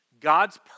God's